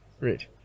Right